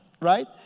Right